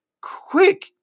quick